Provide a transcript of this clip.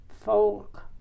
folk